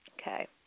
Okay